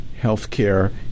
healthcare